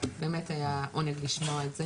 באמת היה עונג לשמוע את זה.